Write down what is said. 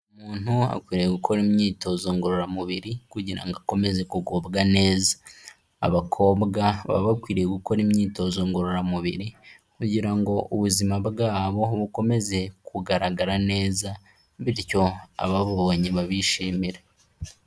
Umuntu akwiriye gukora imyitozo ngororamubiri kugira ngo akomeze kugubwa neza, abakobwa baba bakwiriye gukora imyitozo ngororamubiri kugira ngo ubuzima bwabo bukomeze kugaragara neza, bityo abababonye babishimire.